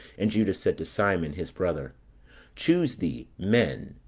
and judas said to simon, his brother choose thee men,